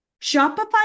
Shopify